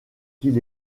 qu’il